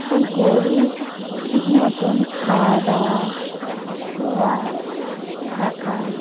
একটা গরু ঠিক মতন খাওয়া দাওয়া শোয়া থাকা